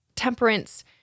Temperance